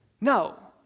No